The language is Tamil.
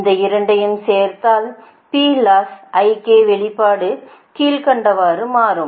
இந்த இரண்டையும் சேர்த்தால் வெளிப்பாடு கீழ்க்கண்டவாறு மாறும்